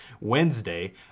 Wednesday